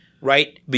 right